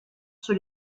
sur